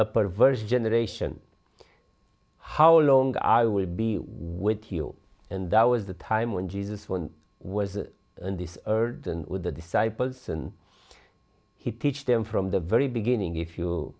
a perverse generation how long i would be with you and that was the time when jesus was on this earth and with the disciples and he teach them from the very beginning if you